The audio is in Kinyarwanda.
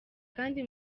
kandi